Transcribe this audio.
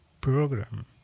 program